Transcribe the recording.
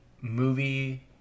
movie